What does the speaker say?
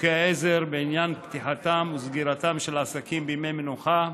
(חוקי עזר בעניין פתיחתם וסגירתם של עסקים בימי מנוחה),